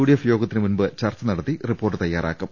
DF യോഗത്തിന് മുമ്പ് ചർച്ച നടത്തി സമിതി റിപ്പോർട്ട് തയാറാക്കും